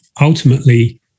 ultimately